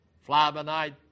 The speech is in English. fly-by-night